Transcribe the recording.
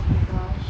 oh my gosh